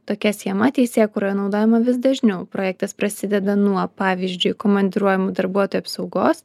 tokia schema teisėkūroje naudojama vis dažniau projektas prasideda nuo pavyzdžiui komandiruojamų darbuotojų apsaugos